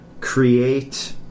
create